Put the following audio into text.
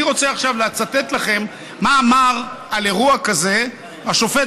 אני רוצה עכשיו לצטט לכם מה אמר על אירוע כזה השופט